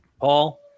Paul